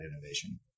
Innovation